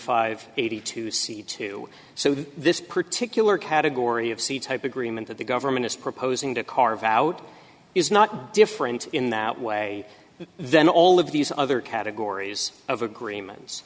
five eighty two c two so that this particular category of sea type agreement that the government is proposing to carve out is not different in that way then all of these other categories of agreements